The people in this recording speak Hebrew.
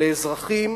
לאזרחים